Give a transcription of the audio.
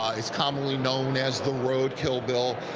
ah it's commonly known as the road kill bill.